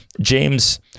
james